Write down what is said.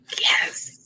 Yes